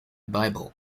bible